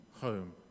home